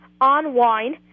On-Wine